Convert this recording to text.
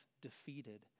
defeated